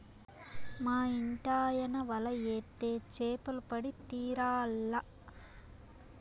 మా ఇంటాయన వల ఏత్తే చేపలు పడి తీరాల్ల